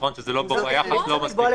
זה נכון שהיחס לא מספיק ברור.